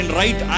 right